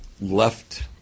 left